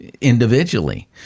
individually